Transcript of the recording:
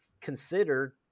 considered